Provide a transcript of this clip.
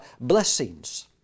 blessings